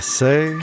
say